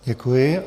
Děkuji.